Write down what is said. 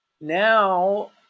now